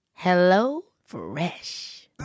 HelloFresh